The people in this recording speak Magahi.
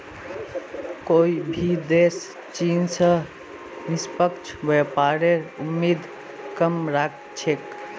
कोई भी देश चीन स निष्पक्ष व्यापारेर उम्मीद कम राख छेक